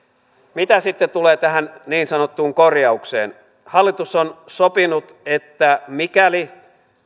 mitä sitten tulee tähän niin sanottuun korjaukseen hallitus on sopinut että mikäli